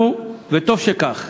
עליו, אנחנו, וטוב שכך,